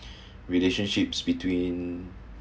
relationships between